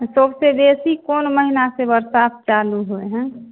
सबसँ बेसी कोन महिनासँ बरसात चालू होइ हइ